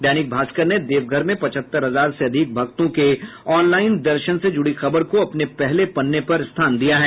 दैनिक भास्कर ने देवघर में पचहत्तर हजार से अधिक भक्तों के ऑनलाईन दर्शन से ज़्ड़ी खबर को अपने पहले पन्ने पर स्थान दिया है